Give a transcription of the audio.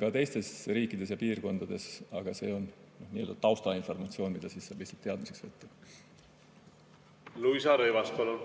ka teistes riikides ja piirkondades, aga see on nii-öelda taustainformatsioon, mida saab lihtsalt teadmiseks võtta. Luisa Rõivas, palun!